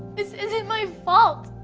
this isn't my fault.